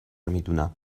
میدونم